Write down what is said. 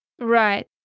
Right